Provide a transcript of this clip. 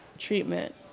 Treatment